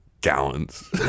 gallons